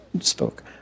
spoke